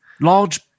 large